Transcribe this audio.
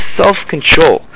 self-control